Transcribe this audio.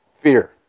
fear